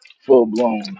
full-blown